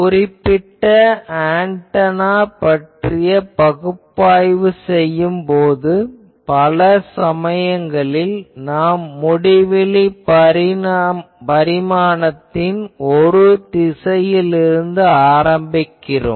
குறிப்பிட்ட ஆன்டெனா பற்றிய பகுப்பாய்வு செய்யும் போது பல சமயங்களில் நாம் முடிவிலி பரிமாணத்தின் ஒரு திசையில் இருந்து ஆரம்பிக்கிறோம்